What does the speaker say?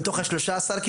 מתוך ה-13?